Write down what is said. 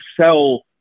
sell